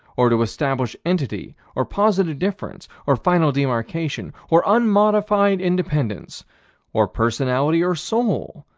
or to establish entity or positive difference or final demarcation or unmodified independence or personality or soul,